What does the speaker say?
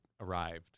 arrived